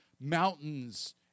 mountains